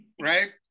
right